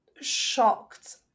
shocked